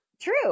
true